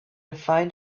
find